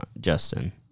Justin